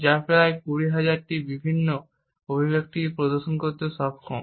যা প্রায় 20000টি বিভিন্ন অভিব্যক্তি প্রদর্শন করতে সক্ষম